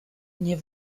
nie